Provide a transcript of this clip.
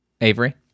avery